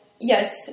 Yes